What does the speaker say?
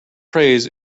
praise